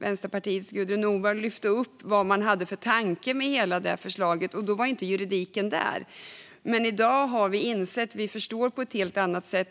Vänsterpartiets Gudrun Nordborg tog upp vad man från början hade för tanke med hela förslaget. Då fanns inte juridiken där, men i dag förstår vi på ett helt annat sätt.